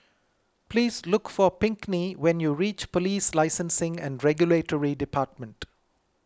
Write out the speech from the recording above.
please look for Pinkney when you reach Police Licensing and Regulatory Department